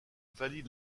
valide